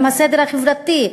עם הסדר החברתי,